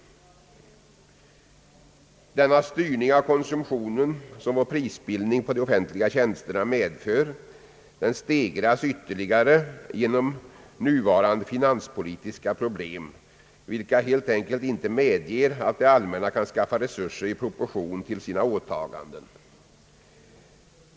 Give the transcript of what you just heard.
Den styrning av konsumtionen som vår prisbildning på de offentliga tjänsterna medför stegras ytterligare genomnuvarande finanspolitiska problem, vilka helt enkelt inte medger att det allmänna kan skaffa resurser i proportion till sina åtaganden.